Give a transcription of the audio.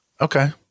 okay